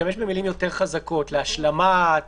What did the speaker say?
להשתמש במילים חזקות יותר: למשל "להשלמת".